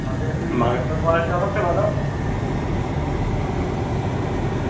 তাহলে মাংসর কোয়ালিটিটা সব চেয়ে ভালো হবে তো